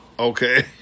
okay